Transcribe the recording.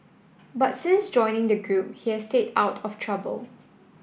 but since joining the group he has stayed out of trouble